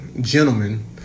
gentlemen